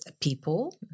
people